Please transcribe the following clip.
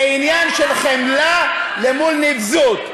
זה עניין של חמלה מול נבזות,